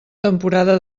temporada